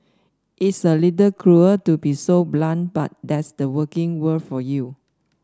it's a little cruel to be so blunt but that's the working world for you